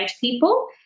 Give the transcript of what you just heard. people